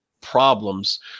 problems